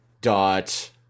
dot